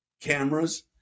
cameras